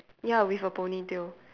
ya with a ponytail